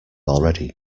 already